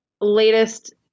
latest